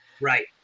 Right